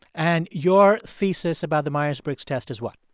and your thesis about the myers-briggs test is what?